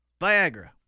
Viagra